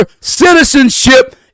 citizenship